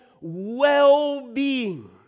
well-being